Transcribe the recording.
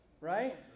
right